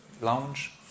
lounge